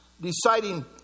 deciding